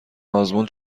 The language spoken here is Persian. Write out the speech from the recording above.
آزمون